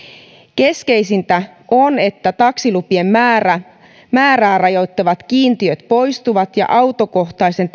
keskeisintä on että taksilupien määrää rajoittavat kiintiöt poistuvat ja autokohtainen